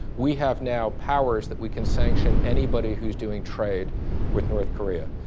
we have now powers that we can sanction anybody who's doing trade with north korea.